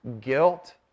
guilt